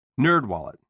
NerdWallet